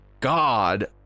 God